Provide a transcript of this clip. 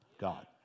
God